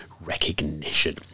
recognition